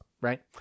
Right